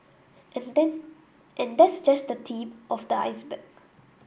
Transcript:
and that and that's just the tip of the iceberg